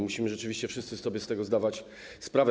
Musimy rzeczywiście wszyscy sobie z tego zdawać sprawę.